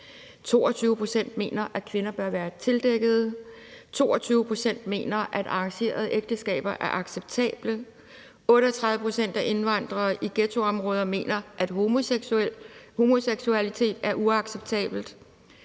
22 pct. mener, at kvinder bør være tildækkede. 22 pct. mener, at arrangerede ægteskaber er acceptable. 38 pct. af indvandrere i ghettoområder mener, at homoseksualitet er uacceptabelt.